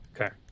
Okay